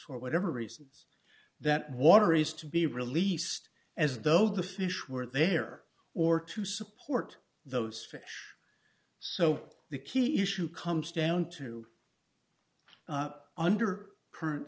for whatever reasons that water is to be released as though the fish were there or to support those fish so the key issue comes down to under current